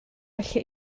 felly